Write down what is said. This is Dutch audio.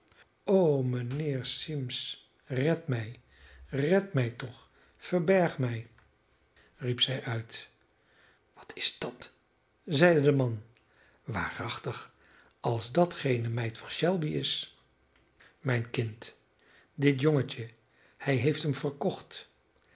o mijnheer symmes red mij red mij toch verberg mij riep zij uit wat is dat zeide de man waarachtig als dat geene meid van shelby is mijn kind dit jongetje hij heeft hem verkocht